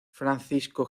francisco